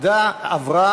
עברה